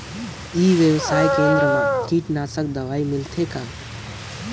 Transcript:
ई व्यवसाय केंद्र मा कीटनाशक दवाई मिलथे कौन?